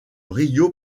rio